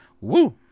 woo